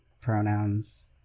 pronouns